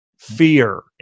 fear